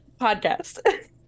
Podcast